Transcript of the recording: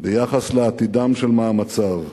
ביחס לעתידם של מאמציו: